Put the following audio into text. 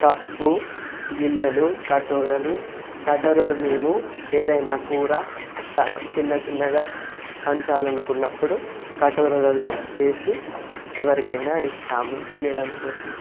cup గిన్నెలు కటోరిలు కటోరిలు మేము ఏదైనా కూర సగ చిన్నచిన్నగా పంచాలని అనుకున్నప్పుడు కటోరిలలో వేసి ఎవరికైనా ఇస్తాము తినడం కోసం